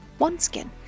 OneSkin